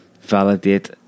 validate